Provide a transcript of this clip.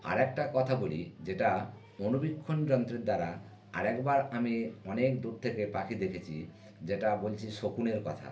আরেকটা কথা বলি যেটা অণুবীক্ষণ যন্ত্রের দ্বারা আর একবার আমি অনেক দূর থেকে পাখি দেখেছি যেটা বলছি শকুনের কথা